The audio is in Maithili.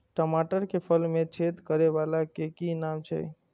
टमाटर के फल में छेद करै वाला के कि नाम छै?